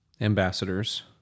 ambassadors